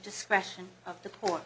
discretion of the poor